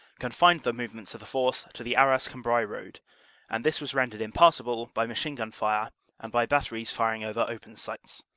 confined the movements of the force to the arras-cambrai road and this was rendered impassable by machine-gun fire and by bat teries firing over open sights.